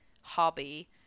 hobby